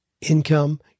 income